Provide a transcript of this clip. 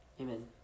Amen